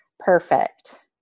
perfect